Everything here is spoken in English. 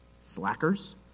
slackers